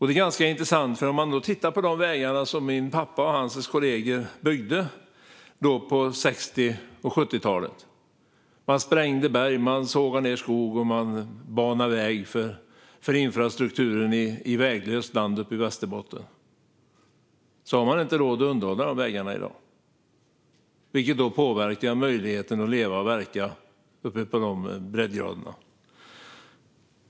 Det är ganska intressant, för de vägar som min pappa och hans kollegor byggde på 60 och 70-talen när de sprängde berg, sågade ned skog och banade väg för infrastrukturen i väglöst land uppe i Västerbotten har man inte råd att underhålla i dag, vilket påverkar möjligheten att leva och verka på de breddgraderna.